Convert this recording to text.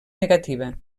negativa